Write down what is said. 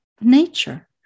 nature